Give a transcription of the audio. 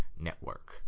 Network